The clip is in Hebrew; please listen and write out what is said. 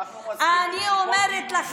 אנחנו מסכימים עם כל,